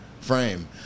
frame